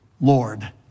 Lord